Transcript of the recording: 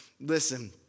listen